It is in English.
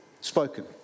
Spoken